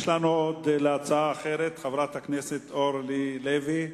יש לנו הצעה אחרת, חברת הכנסת אורלי לוי.